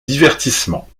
divertissement